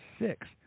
six